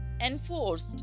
enforced